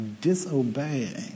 disobeying